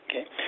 okay